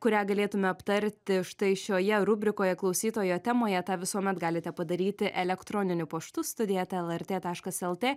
kurią galėtume aptarti štai šioje rubrikoje klausytojo temoje tą visuomet galite padaryti elektroniniu paštu studija eta lrt taškas lt